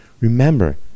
Remember